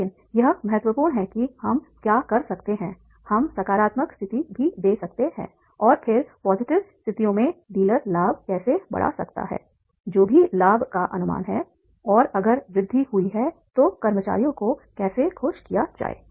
लेकिन यह महत्वपूर्ण है कि हम क्या कर सकते हैं हम सकारात्मक स्थिति भी दे सकते हैं और फिर पॉजिटिव स्थितियों में डीलर लाभ कैसे बढ़ा सकता है जो भी लाभ का अनुमान है और अगर वृद्धि हुई है तो कर्मचारियों को कैसे खुश किया जाए